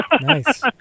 Nice